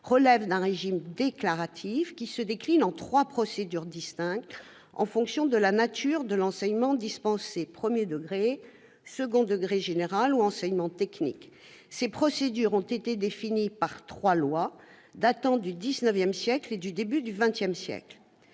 relève d'un régime déclaratif qui se décline en trois procédures distinctes, en fonction de la nature de l'enseignement dispensé : premier degré, second degré général ou enseignement technique. Ces procédures ont été définies par trois lois datant du XIX siècle et du début du XX siècle.